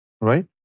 right